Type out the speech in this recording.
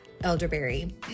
elderberry